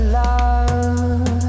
love